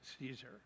Caesar